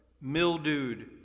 mildewed